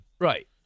Right